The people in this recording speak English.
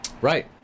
Right